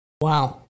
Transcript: Wow